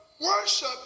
worship